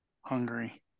Hungary